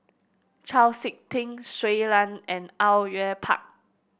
Chau SiK Ting Shui Lan and Au Yue Pak